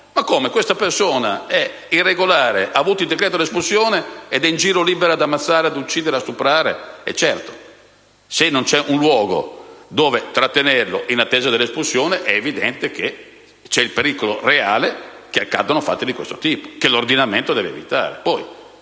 ma come, questa persona è irregolare, ha avuto il decreto d'espulsione ed è in giro libera di ammazzare, rapinare e stuprare? Certo: se non c'è un luogo dove trattenerla in attesa dell'espulsione, c'è il pericolo reale che accadano fatti di questo tipo, che l'ordinamento deve evitare.